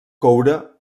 coure